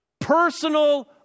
Personal